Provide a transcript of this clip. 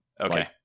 Okay